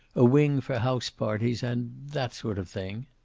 a wing for house-parties, and that sort of thing.